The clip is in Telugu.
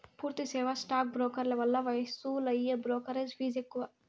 పూర్తి సేవా స్టాక్ బ్రోకర్ల వల్ల వసూలయ్యే బ్రోకెరేజ్ ఫీజ్ ఎక్కువ